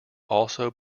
also